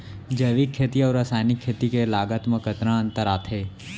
जैविक खेती अऊ रसायनिक खेती के लागत मा कतना अंतर आथे?